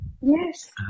Yes